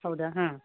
ಹೌದಾ ಹಾಂ